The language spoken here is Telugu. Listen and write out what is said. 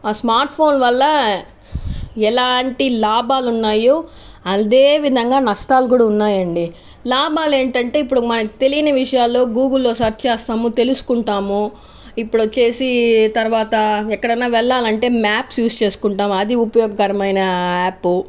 ఆ స్మార్ట్ ఫోన్ వల్ల ఎలాంటి లాభాలు ఉన్నాయో అదేవిధంగా నష్టాలు కూడా ఉన్నాయండి లాభాలు ఏంటంటే ఇప్పుడు మనకి తెలియని విషయాల్లో గూగుల్లో సెర్చ్ చేస్తాము తెలుసుకుంటాము ఇప్పుడు వచ్చేసి తర్వాత ఎక్కడైనా వెళ్ళాలి అంటే మ్యాప్స్ యూస్ చేసుకుంటాము అది ఉపయోగకరమైన యాపు